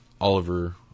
oliver